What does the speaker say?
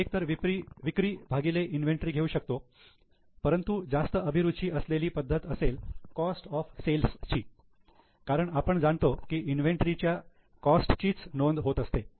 आपण एक तर विक्री भागिले इन्व्हेंटरी घेऊ शकतो परंतु जास्त अभिरुची असलेली पद्धत असेल 'कॉस्ट ऑफ सेल्स' ची कारण आपण जाणतो की इन्व्हेंटरीच्या कॉस्ट चीच नोंद होत असते